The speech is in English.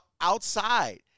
outside